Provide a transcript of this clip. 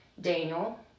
Daniel